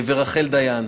רחל דיין,